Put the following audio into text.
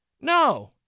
No